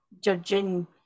judging